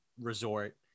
resort